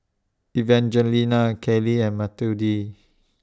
Evangelina Kailey and Matilde